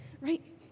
right